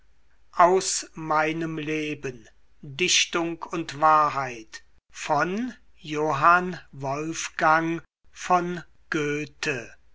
aus meinem leben dichtung und wahrheit